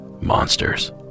Monsters